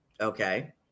Okay